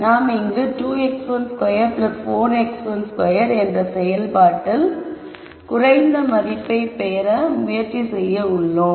நாம் இங்கு 2x12 4x22 என்ற செயல்பாட்டில் குறைந்த மதிப்பை பெற முயற்சி செய்ய உள்ளோம்